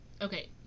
Okay